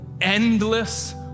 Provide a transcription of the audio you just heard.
endless